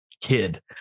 kid